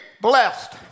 blessed